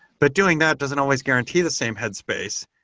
but doing that doesn't always guarantee the same headspace,